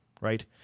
right